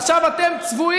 ועכשיו, אתם צבועים.